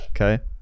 okay